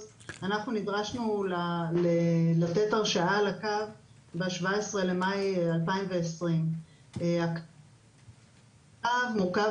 נדרשנו לתת הרשאה לקו ב-17 במאי 2020. הקו ארוך ומורכב